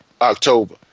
October